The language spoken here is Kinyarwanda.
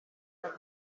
byari